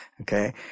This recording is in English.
Okay